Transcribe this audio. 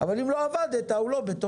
אבל אם לא עבדת הוא לא בתוקף.